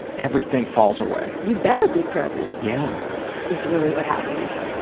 everything falls away. you better be present, yeah is really what happens,